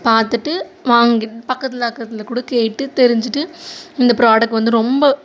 பார்த்துட்டு வாங்கி பக்கத்தில் அக்கத்தில் கூட கேட்டு தெரிஞ்சுட்டு இந்த ப்ராடக்ட் வந்து ரொம்ப